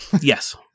Yes